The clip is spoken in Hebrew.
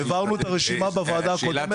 והעברנו את הרשימה בוועדה הקודמת.